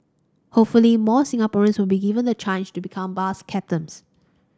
hopefully more Singaporeans will be given the change to become bus captains